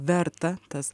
verta tas